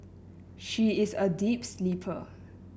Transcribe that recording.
she is a deep sleeper